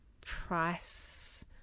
price